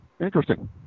Interesting